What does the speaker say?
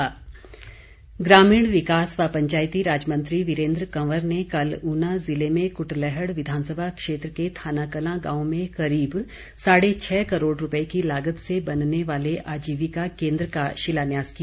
वीरेंद्र कंवर ग्रामीण विकास व पंचायती राज मंत्री वीरेंद्र कंवर ने कल ऊना जिला में क्टलैहड़ विधानसभा क्षेत्र के थानाकलां गांव में करीब साढ़े छह करोड़ रुपये की लागत से बनने वाले आजीविका केन्द्र का शिलान्यास किया